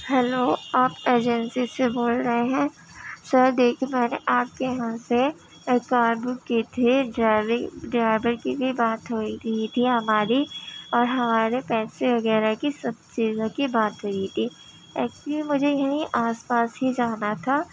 hello آپ agency سے بول رہے ہیں سر دیکھیے میں نے آپ کے یہاں سے ایک کار بک کی تھی ڈرائیونگ ڈرائیور کے لیے بات ہوئی ہوئی تھی ہماری اور ہمارے پیسے وغیرہ کی سب چیزوں کی بات ہوئی تھی ایکچولی مجھے یہیں آس پاس ہی جانا تھا